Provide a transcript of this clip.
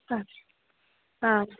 ह हा